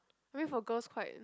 I mean for girls quite